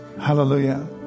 Hallelujah